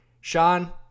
Sean